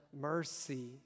mercy